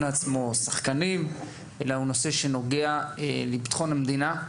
אלא הוא נוגע לביטחון המדינה.